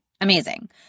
Amazing